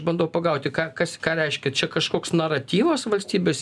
bandau pagauti ką kas ką reiškia čia kažkoks naratyvas valstybės